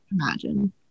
imagine